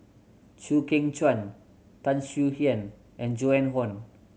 Chew Kheng Chuan Tan Swie Hian and Joan Hon